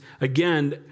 Again